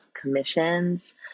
commissions